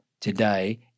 today